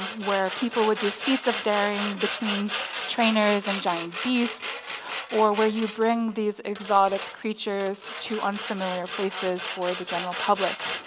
and where people would do feats of daring between trainers and giant beasts or where you bring these exotic creatures to unfamiliar places for the general public.